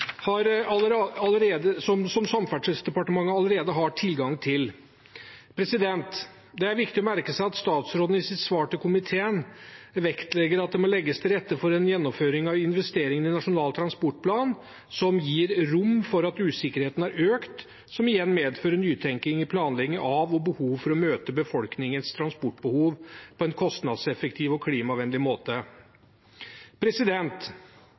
allerede har tilgang til. Det er viktig å merke seg at statsråden i sitt svar til komiteen vektlegger at det må legges til rette for en gjennomføring av investeringene i Nasjonal transportplan som gir rom for at usikkerheten har økt, som igjen medfører nytenkning i planleggingen av og behov for å møte befolkningens transportbehov på en kostnadseffektiv og klimavennlig måte.